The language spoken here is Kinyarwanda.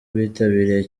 bitabiriye